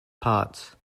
parts